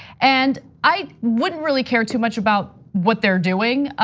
and i wouldn't really care too much about what they're doing.